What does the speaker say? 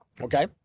okay